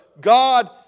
God